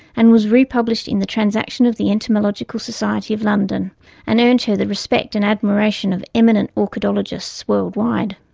and was republished in the transactions of the entomological society of london and earned her the respect and admiration of eminent orchidologists worldwide.